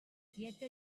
tieta